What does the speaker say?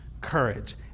courage